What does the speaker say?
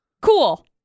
cool